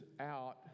out